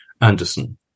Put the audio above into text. Anderson